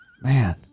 Man